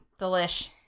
Delish